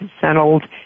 settled